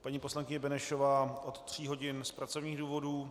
Paní poslankyně Benešová od tří hodin z pracovních důvodů.